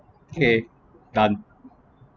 okay done